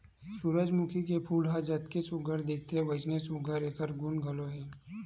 सूरजमूखी के फूल ह जतके सुग्घर दिखथे वइसने सुघ्घर एखर गुन घलो हे